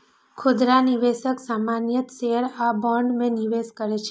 खुदरा निवेशक सामान्यतः शेयर आ बॉन्ड मे निवेश करै छै